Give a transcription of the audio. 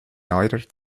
neuerer